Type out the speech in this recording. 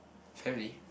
family